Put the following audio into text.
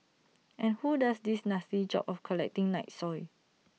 and who does this nasty job of collecting night soil